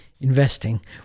investing